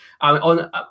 on